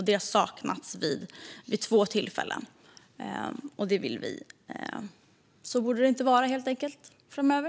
Det har saknats vid två tillfällen, och så bör det inte vara framöver.